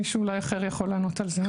אולי מישהו אחר יכול לענות על זה.